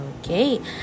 okay